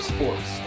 Sports